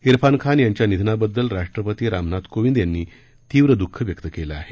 इरफान खान यांच्या निधनाबद्दल राष्ट्रपती रामनाथ कोविंद यांनी तीव्र दुःख व्यक्त केलं आहे